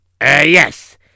Yes